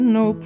no